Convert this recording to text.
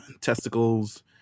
testicles